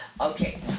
Okay